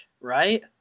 right